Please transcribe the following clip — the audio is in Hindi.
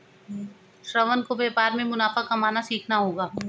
श्रवण को व्यापार में मुनाफा कमाना सीखना होगा